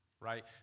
right